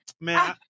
man